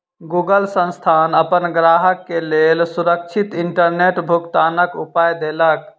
Google संस्थान अपन ग्राहक के लेल सुरक्षित इंटरनेट भुगतनाक उपाय देलक